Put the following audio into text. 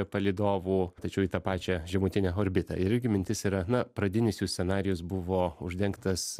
palydovų tačiau į tą pačią žemutinę orbitą ir irgi mintis yra na pradinis jų scenarijus buvo uždengtas